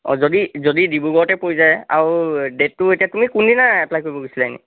যদি যদি ডিব্ৰুগড়তে পৰি যায় আৰু ডে'টটো এতিয়া তুমি কোনদিনা এপ্লাই কৰিব গৈছিলা এনেই